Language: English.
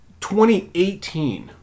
2018